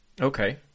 Okay